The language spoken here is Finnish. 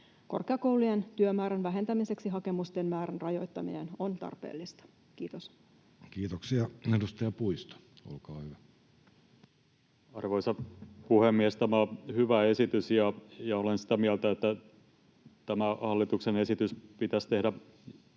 Korkeakoulujen työmäärän vähentämiseksi hakemusten määrän rajoittaminen on tarpeellista. — Kiitos. Kiitoksia. — Edustaja Puisto, olkaa hyvä. Arvoisa puhemies! Tämä on hyvä esitys, ja olen sitä mieltä, että tämä hallituksen esitys pitää tehdä